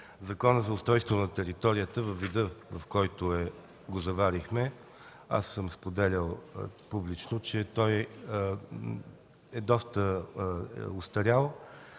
Законът за устройство на територията във вида, в който го заварихме, споделял съм публично, че е доста остарял,